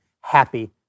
happy